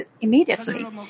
immediately